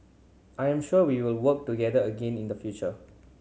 I am sure we will work together again in the future